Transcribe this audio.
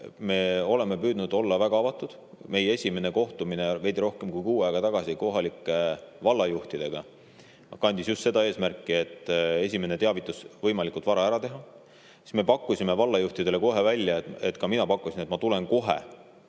me oleme püüdnud olla väga avatud. Meie esimene kohtumine veidi rohkem kui kuu aega tagasi kohalike vallajuhtidega kandis just seda eesmärki, et esimene teavitus võimalikult vara ära teha. Me pakkusime vallajuhtidele kohe välja, ka mina pakkusin, et ma tulen kohe